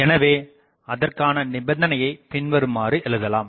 எனவே அதற்கான நிபந்தனையைப் பின்வருமாறு எழுதலாம்